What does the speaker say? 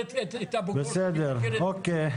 אוקיי.